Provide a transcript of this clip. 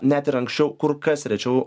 net ir anksčiau kur kas rečiau